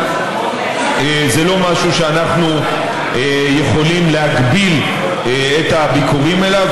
זה לא משהו שאנחנו יכולים להגביל את הביקורים אליו,